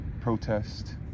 protest